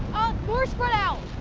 more spread out.